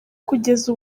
kugeza